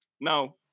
Now